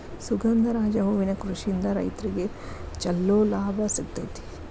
ಸುಗಂಧರಾಜ ಹೂವಿನ ಕೃಷಿಯಿಂದ ರೈತ್ರಗೆ ಚಂಲೋ ಲಾಭ ಸಿಗತೈತಿ